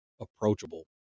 approachable